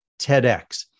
TEDx